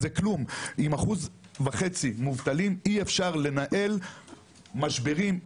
עם אחוז וחצי מובטלים, אי-אפשר לנהל משברים.